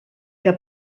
que